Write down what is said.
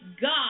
God